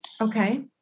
Okay